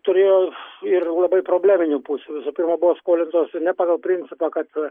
turėjo ir labai probleminių pusių visų pirma buvo skolintasi ne pagal principą kad